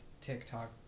TikTok